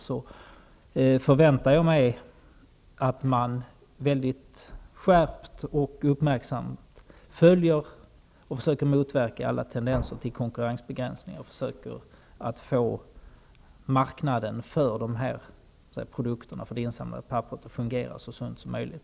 Jag förväntar mig ändå att man mycket skärpt och uppmärksamt följer och försöker motverka alla tendenser till konkurrensbegränsningar och försöker få marknaden för dessa produkter, för det insamlade papperet, att fungera så sunt som möjligt.